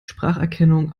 spracherkennung